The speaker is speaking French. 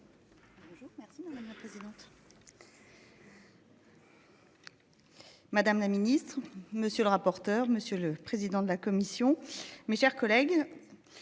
Madame la ministre, monsieur le rapporteur. Monsieur le président de la commission. Mes chers collègues.